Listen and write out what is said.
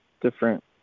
different